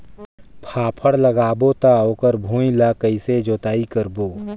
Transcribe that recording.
फाफण लगाबो ता ओकर भुईं ला कइसे जोताई करबो?